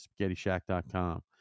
SpaghettiShack.com